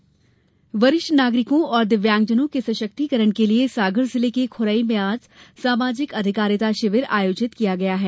शिविर वरिष्ठ नागरिकों और दिव्यांगजनों के सशक्तीकरण के लिये सागर जिले के खुरई में आज सामाजिक अधिकारिता शिविर आयोजित किया गया है